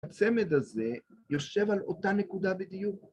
הצמד הזה יושב על אותה נקודה בדיוק.